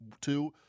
two